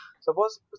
Suppose